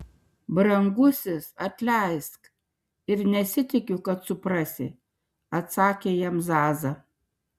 brangusis atleisk ir nesitikiu kad suprasi atsakė jam zaza